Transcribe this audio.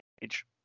page